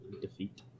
Defeat